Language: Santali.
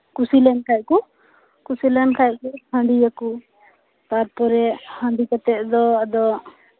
ᱠᱩᱥᱤ ᱞᱮᱱ ᱠᱷᱟᱡ ᱠᱚ ᱠᱩᱥᱤ ᱞᱮᱱ ᱠᱷᱟᱡ ᱠᱚ ᱦᱟᱸᱰᱤᱭᱟᱠᱚ ᱛᱟᱨᱯᱚᱨᱮ ᱦᱟᱸᱰᱤ ᱠᱟᱛᱮᱫ ᱫᱚ ᱟᱫᱚ